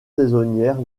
saisonnières